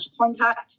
contact